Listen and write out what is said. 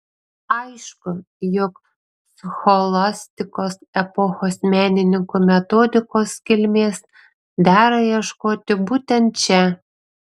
aišku jog scholastikos epochos menininkų metodikos kilmės dera ieškoti būtent čia